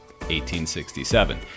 1867